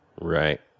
Right